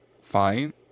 fine